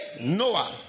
Noah